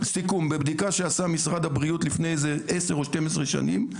בבדיקה שעשה משרד הבריאות לפני איזה 10 או 12 שנים,